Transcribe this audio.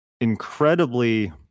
incredibly